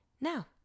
Now